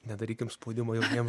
nedarykim spaudimo jauniem